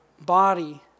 body